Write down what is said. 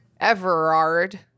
Everard